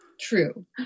true